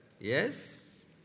yes